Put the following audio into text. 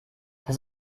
das